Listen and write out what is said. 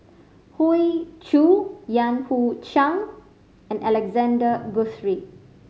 Hoey Choo Yan Hui Chang and Alexander Guthrie